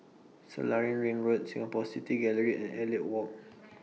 Selarang Ring Road Singapore City Gallery and Elliot Walk